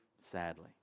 sadly